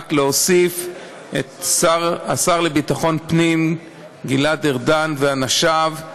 רק להוסיף את השר לביטחון פנים גלעד ארדן ואת אנשיו,